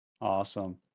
Awesome